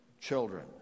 children